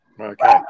okay